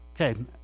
Okay